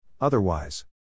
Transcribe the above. Otherwise